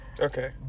Okay